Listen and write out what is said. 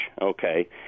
okay